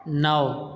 نو